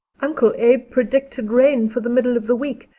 uncle abe predicted rain for the middle of the week,